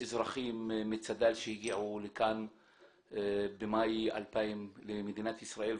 לאזרחים מצד"ל שהגיעו במאי 2000 למדינת ישראל,